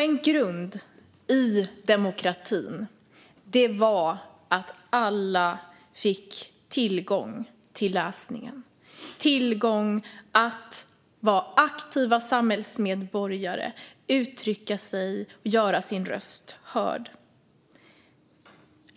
En grund för demokratin var att alla fick tillgång till läsningen, tillgång till att vara aktiva samhällsmedborgare, uttrycka sig och göra sin röst hörd.